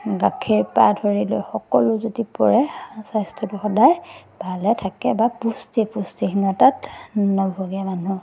গাখীৰৰপৰা ধৰি লৈ সকলো যদি পৰে স্বাস্থ্যটো সদায় ভালে থাকে বা পুষ্টি পুষ্টিহীনতাত নোভোগে মানুহ